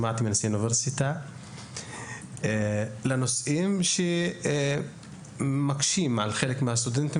שמעתי מנשיא האוניברסיטה על נושאים שמקשים על חלק מהסטודנטים